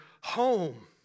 home